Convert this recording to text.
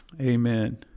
amen